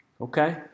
Okay